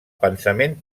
pensament